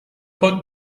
پات